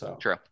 True